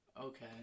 Okay